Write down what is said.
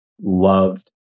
loved